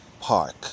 Park